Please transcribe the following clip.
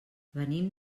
venim